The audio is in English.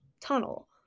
tunnel